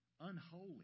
Unholy